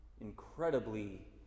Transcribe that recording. incredibly